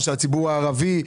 של הציבור הערבי?